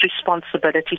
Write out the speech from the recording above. responsibility